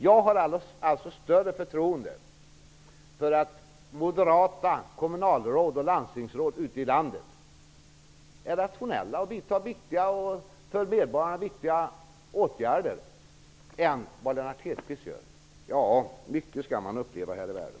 Jag har alltså större förtroende för att moderata kommunal och landstingsråd ute i landet är rationella och vidtar för medborgarna viktiga åtgärder än vad Lennart Hedquist har. Mycket skall man uppleva här i världen!